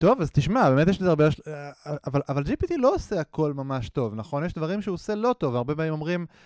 טוב, אז תשמע, באמת יש לזה הרבה הש-א... אבל-אבל GPT לא עושה הכל ממש טוב, נכון? יש דברים שהוא עושה לא טוב, והרבה פעמים אומרים...